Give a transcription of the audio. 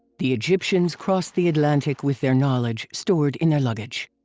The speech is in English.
the egyptians crossed the atlantic with their knowledge stored in their luggage.